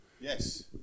Yes